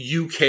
UK